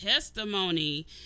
testimony